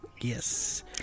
Yes